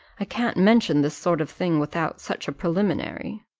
i can't mention this sort of thing without such a preliminary.